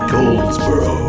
Goldsboro